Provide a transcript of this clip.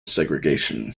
segregation